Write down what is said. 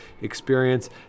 experience